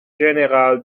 général